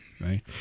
Right